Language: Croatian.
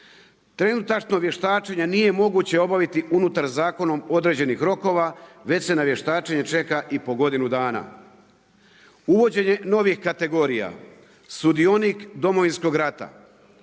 Trenutačno vještačenje nije moguće obaviti unutar zakonom određenim rokova, već se i na vještačenje čeka i po godinu dana. Uvođenje novih kategorija, sudionik Domovinskog rata,